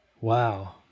Wow